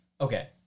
Okay